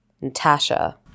Natasha